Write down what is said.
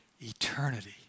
eternity